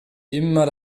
immer